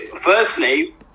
firstly